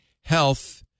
health